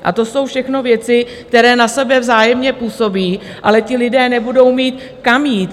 A to jsou všechno věci, které na sebe vzájemně působí, ale ti lidé nebudou mít kam jít.